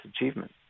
achievement